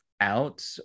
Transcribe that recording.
out